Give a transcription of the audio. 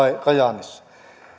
kajaanissa